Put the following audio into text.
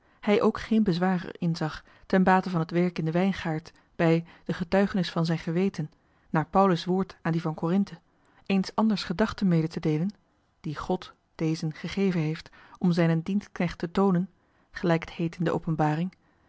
hij ook geen bezwaar er in zag ten bate van het werk in den wijngaard bij de getuigenis van zijn geweten naar johan de meester de zonde in het deftige dorp paulus woord aan die van corinthe eens anders gedachte mede te deelen die god dezen gegeven heeft om zijnen dienstknecht te toonen gelijk het heet in de openbaring